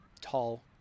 tall